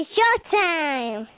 Showtime